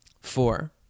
Four